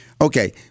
Okay